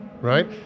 right